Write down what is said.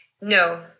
No